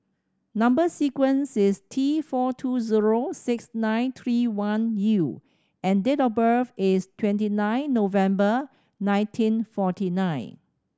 number sequence is T four two zero six nine three one U and date of birth is twenty nine November nineteen forty nine